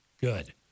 good